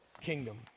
kingdom